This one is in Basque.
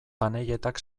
panelletak